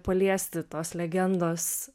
paliesti tos legendos